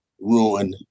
ruin